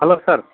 hello sir